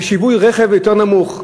כשווי רכב בערך יותר נמוך.